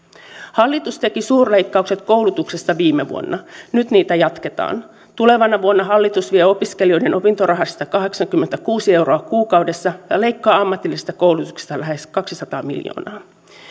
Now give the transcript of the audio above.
hallitus teki suurleikkaukset koulutuksessa viime vuonna nyt niitä jatketaan tulevana vuonna hallitus vie opiskelijoiden opintorahasta kahdeksankymmentäkuusi euroa kuukaudessa ja leikkaa ammatillisesta koulutuksesta lähes kaksisataa miljoonaa